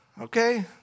okay